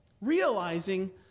realizing